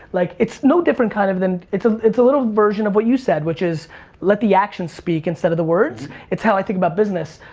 like it's no different, kind of, than, it's ah it's a little version of what you said, which is let the actions speak instead of the words. it's how i think about business.